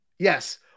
Yes